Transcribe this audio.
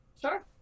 Sure